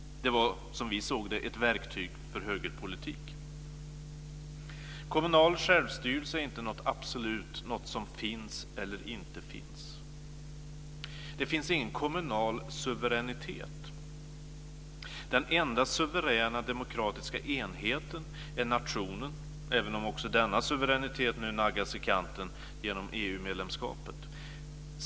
Det var, som vi såg det, ett verktyg för högerpolitik. Kommunal självstyrelse är inte något absolut, något som finns eller inte finns. Det finns ingen kommunal suveränitet. Den enda suveräna demokratiska enheten är nationen - även om också denna suveränitet nu naggas i kanten genom EU-medlemskapet.